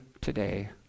today